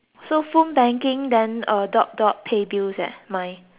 thing then dot dot pay bills eh mine